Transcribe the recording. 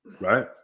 Right